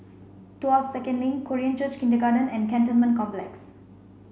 Tuas Second Link Korean Church Kindergarten and Cantonment Complex